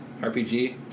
RPG